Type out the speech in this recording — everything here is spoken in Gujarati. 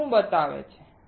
તે શું બતાવે છે